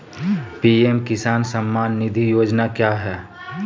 PM Kisan Samman Nidhi योजना क्या है?